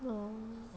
oh